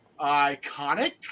iconic